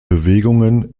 bewegungen